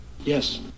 Yes